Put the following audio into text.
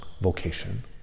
vocation